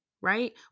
Right